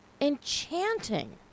enchanting